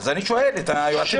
אז אני שואל את היועצים המשפטיים.